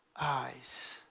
eyes